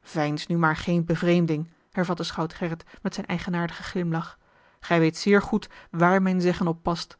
veins nu maar geene bevreemding hervatte schout gerrit met zijn eigenaardigen glimlach gij weet zeer goed waar mijn zeggen op past